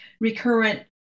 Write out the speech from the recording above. recurrent